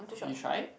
you tried